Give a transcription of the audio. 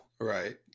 Right